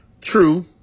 True